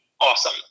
awesome